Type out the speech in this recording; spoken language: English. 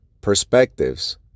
perspectives